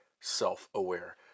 self-aware